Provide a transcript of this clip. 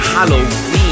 Halloween